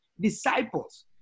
disciples